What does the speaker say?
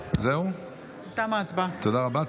תודה רבה.